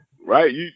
Right